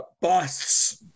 Busts